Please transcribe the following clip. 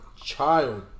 child